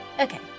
Okay